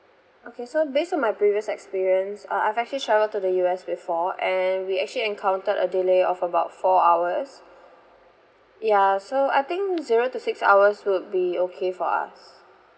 okay so based on my previous experience uh I've actually travelled to the U_S before and we actually encountered a delay of about four hours ya so I think the zero to six hours would be okay for us